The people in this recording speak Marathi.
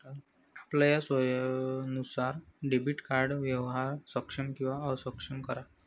आपलया सोयीनुसार डेबिट कार्ड व्यवहार सक्षम किंवा अक्षम करा